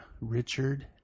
Richard